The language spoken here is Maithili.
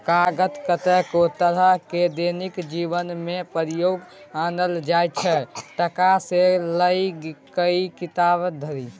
कागत कतेको तरहक दैनिक जीबनमे प्रयोग आनल जाइ छै टका सँ लए कए किताब धरि